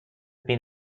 been